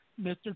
mr